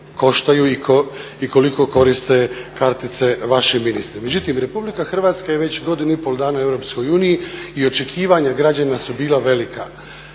koštaju i koliko koriste kartice vaši ministri. Međutim, Republika Hrvatska je već godinu i pol dana u Europskoj uniji i očekivanja građana su bila velika,